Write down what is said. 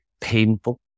painful